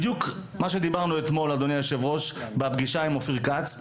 בדיוק מה שדיברנו אתמול אדוני יושב הראש בפגישה עם אופיר כץ.